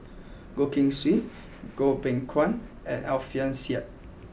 Goh Keng Swee Goh Beng Kwan and Alfian Sa'at